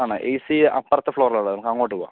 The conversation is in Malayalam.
ആണാ ഏ സി അപ്പർത്തെ ഫ്ലോറിലാ ഉള്ളത് നമുക്കങ്ങോട്ട് പോവാം